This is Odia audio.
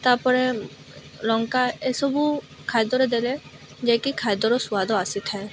ତାପରେ ଲଙ୍କା ଏସବୁ ଖାଦ୍ୟରେ ଦେଲେ ଯାହାକି ଖାଦ୍ୟର ସ୍ୱାଦ ଆସିଥାଏ